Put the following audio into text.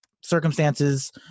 circumstances